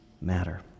matter